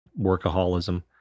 workaholism